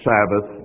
Sabbath